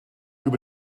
über